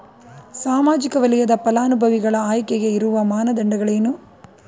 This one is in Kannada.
ಸಾಮಾಜಿಕ ವಲಯದ ಫಲಾನುಭವಿಗಳ ಆಯ್ಕೆಗೆ ಇರುವ ಮಾನದಂಡಗಳೇನು?